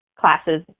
classes